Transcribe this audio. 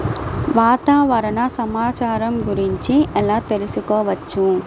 వాతావరణ సమాచారం గురించి ఎలా తెలుసుకోవచ్చు?